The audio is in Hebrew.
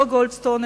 לא גולדסטון,